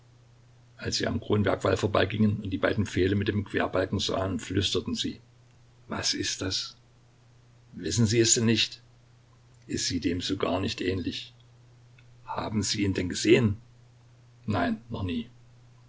als sie am kronwerk wall vorbeigingen und die beiden pfähle mit dem querbalken sahen flüsterten sie was ist das wissen sie es denn nicht es sieht dem so gar nicht ähnlich haben sie ihn denn gesehen nein noch nie